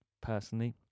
personally